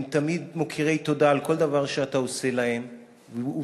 הם תמיד מכירי תודה על כל דבר שאתה עושה להם ובשבילם.